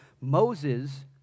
Moses